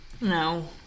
No